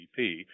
GDP